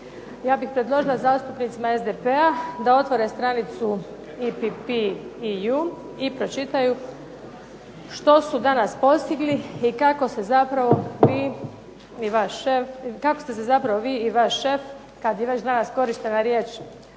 Ja bih predložila zastupnicima SDP-a da otvore stranicu IPPEU i pročitaju što su danas postigli i kako se zapravo vi i vaš šef, i kako ste se